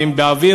והן באוויר,